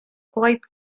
quite